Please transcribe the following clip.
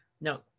no